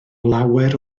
lawer